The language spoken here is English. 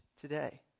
today